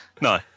no